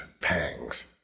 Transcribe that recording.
pangs